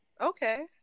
Okay